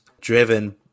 driven